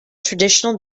traditional